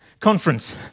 conference